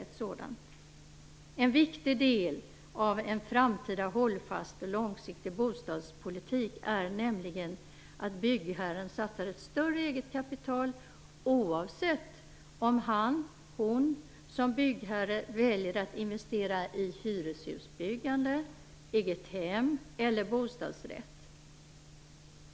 En viktig del av en framtida hållfast och långsiktig bostadspolitik är nämligen att byggherren satsar ett större eget kapital, oavsett om han/hon som byggherre väljer att investera i hyreshusbyggande, eget hem eller bostadsrätt.